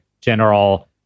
general